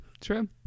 True